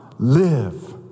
Live